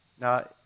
Now